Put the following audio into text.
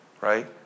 right